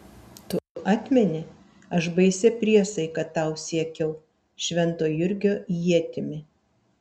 tu atmeni aš baisia priesaika tau siekiau švento jurgio ietimi